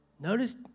Notice